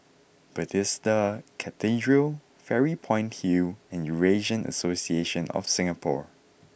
Bethesda Cathedral Fairy Point Hill and Eurasian Association of Singapore